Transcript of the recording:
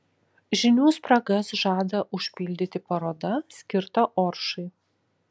žinių spragas žada užpildyti paroda skirta oršai